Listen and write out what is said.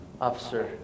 Officer